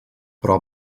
però